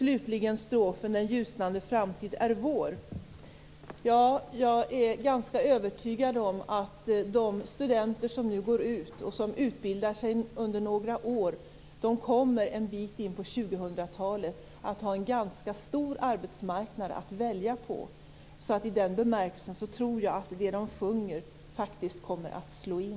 Slutligen strofen den ljusnande framtid är vår: Jag är ganska övertygad om att de studenter som nu går ut och som utbildar sig under några år kommer en bit in på 2000-talet att ha en ganska stor arbetsmarknad att välja på. Så i den bemärkelsen tror jag att det som de sjunger faktiskt kommer att slå in.